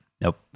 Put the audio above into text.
Nope